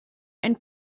and